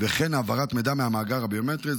וכן העברת מידע מהמאגר הביומטרי.